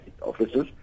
offices